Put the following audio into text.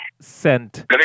Sent